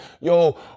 yo